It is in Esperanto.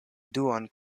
duan